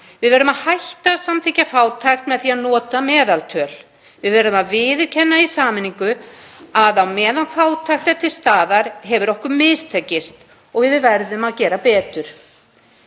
Við verðum að hætta að samþykkja fátækt með því að nota meðaltöl. Við verðum að viðurkenna í sameiningu að á meðan fátækt er til staðar hefur okkur mistekist og við verðum að gera betur.